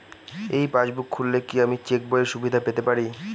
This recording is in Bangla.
এই পাসবুক খুললে কি আমি চেকবইয়ের সুবিধা পেতে পারি?